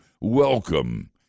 welcome